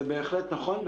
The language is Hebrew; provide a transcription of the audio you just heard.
זה בהחלט נכון.